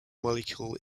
molecule